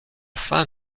fin